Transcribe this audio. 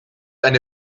eine